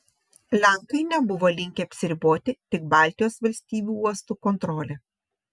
lenkai nebuvo linkę apsiriboti tik baltijos valstybių uostų kontrole